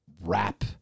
rap